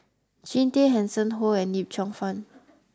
Jean Tay Hanson Ho and Yip Cheong Fun